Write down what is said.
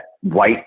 white